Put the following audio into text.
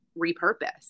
repurpose